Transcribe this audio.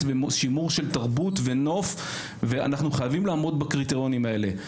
ותרבות ונוף ואנחנו חייבים לעמוד בקריטריונים האלה.